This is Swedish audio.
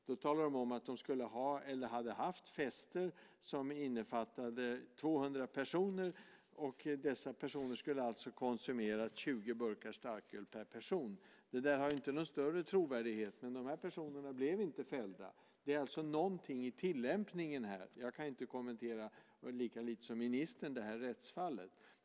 De talade om att de skulle ha eller hade haft fester som innefattade 200 personer. Dessa personer skulle alltså konsumera 20 burkar starköl per person. Det där har inte någon större trovärdighet. Men de här personerna blev inte fällda. Det är alltså någonting i tillämpningen här. Jag kan inte, lika lite som ministern, kommentera det här rättsfallet.